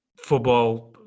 football